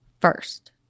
First